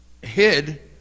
hid